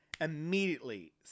immediately